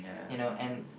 you know and